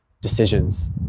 decisions